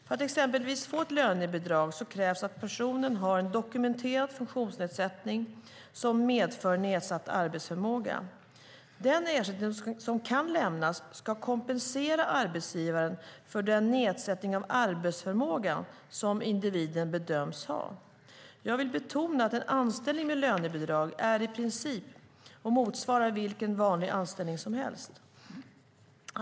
För att exempelvis få ett lönebidrag krävs att personen har en dokumenterad funktionsnedsättning som medför nedsatt arbetsförmåga. Den ersättning som kan lämnas ska kompensera arbetsgivaren för den nedsättning av arbetsförmågan som individen bedöms ha. Jag vill betona att en anställning med lönebidrag i princip motsvarar vilken vanlig anställning som helst.